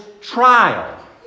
trial